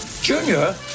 Junior